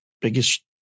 biggest